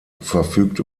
verfügt